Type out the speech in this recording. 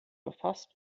verfasst